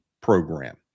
program